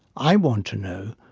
i want to know,